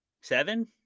Seven